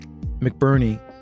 McBurney